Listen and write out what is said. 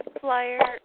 flyer